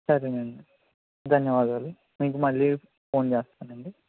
సరేనండి ధన్యవాదాలు మీకు మళ్ళీ ఫోన్ చేస్తానండి